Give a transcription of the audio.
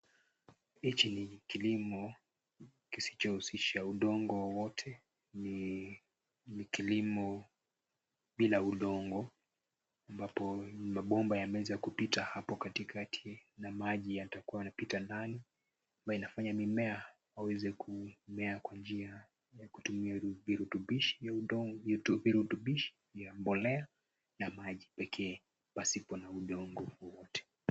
Hichi ni kilimo kisicho husisha udongo wowote, ni kilimo bila udongo; ambapo mabomba yanaweza kupita hapo katikati na maji yatakua yanapita ndani ambayo inafanya mimea waweze kumea kwa njia ya kutumia virutumbishi vya mbolea na maji pekee pasipo na udongo wowote.